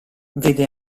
vede